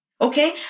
okay